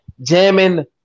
jamming